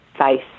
face